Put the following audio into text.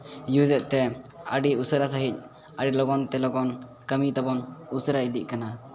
used ᱛᱮ ᱟᱹᱰᱤ ᱩᱥᱟᱹᱨᱟ ᱥᱟᱺᱦᱤᱡᱽ ᱟᱹᱰᱤ ᱞᱚᱜᱚᱱ ᱛᱮ ᱞᱚᱜᱚᱱ ᱠᱟᱹᱢᱤ ᱛᱟᱵᱚᱱ ᱩᱥᱟᱹᱨᱟ ᱤᱫᱤᱜ ᱠᱟᱱᱟ